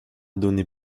donné